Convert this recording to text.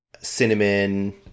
cinnamon